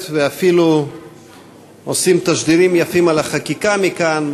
ואפילו עושים תשדירים יפים על החקיקה מכאן,